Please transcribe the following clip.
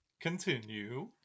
Continue